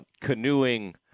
canoeing